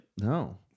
No